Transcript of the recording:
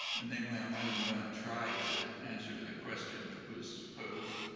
and namely i'm not even going to try to answer the question that was posed,